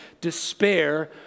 despair